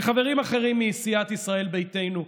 וחברים אחרים מסיעת ישראל ביתנו: